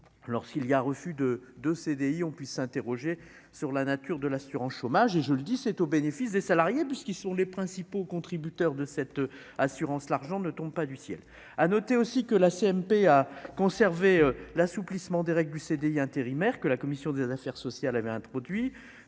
lorsqu'il y a refus de de CDI, on puisse s'interroger sur la nature de l'assurance chômage et je le dis, c'est au bénéfice des salariés parce qu'ils sont les principaux contributeurs de cette assurance, l'argent ne tombe pas du ciel, à noter aussi que la CMP a conservé l'assouplissement des règles du CDI intérimaires que la commission des affaires sociales avait introduit,